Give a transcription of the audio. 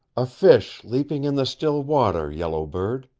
a fish leaping in the still water, yellow bird.